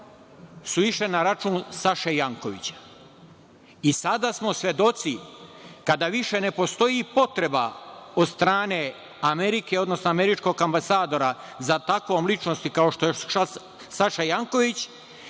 su išle na račun Saše Jankovića. I sada smo svedoci, kada više ne postoji potreba od strane Amerike, odnosno američkog ambasadora za takvom ličnosti kao što je Saša Janković,